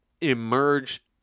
emerge